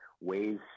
ways